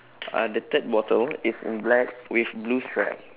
uh the third bottle is in black with blue strap